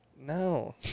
No